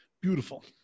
Beautiful